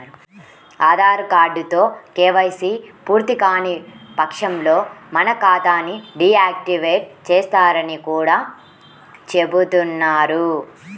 ఆధార్ కార్డుతో కేవైసీ పూర్తికాని పక్షంలో మన ఖాతా ని డీ యాక్టివేట్ చేస్తారని కూడా చెబుతున్నారు